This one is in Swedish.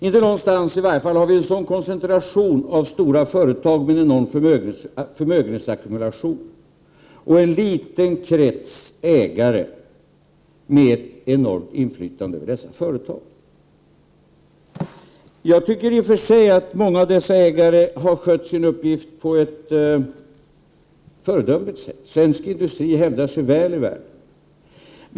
I varje fall finns det inte någon annanstans en sådan koncentration av stora företag med enorm förmögenhetsackumulation och en liten krets ägare med enormt inflytande över dessa företag. Jag tycker i och för sig att många av dessa ägare har skött sin uppgift på ett föredömligt sätt. Svensk industri hävdar sig väl i världen.